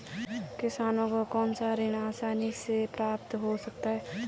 किसानों को कौनसा ऋण आसानी से प्राप्त हो सकता है?